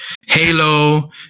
Halo